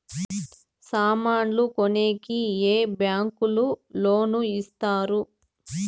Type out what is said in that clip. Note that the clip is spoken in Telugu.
సామాన్లు కొనేకి ఏ బ్యాంకులు లోను ఇస్తారు?